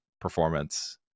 performance